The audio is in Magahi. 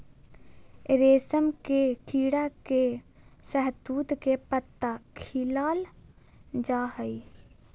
रेशम के कीड़ा के शहतूत के पत्ता खिलाल जा हइ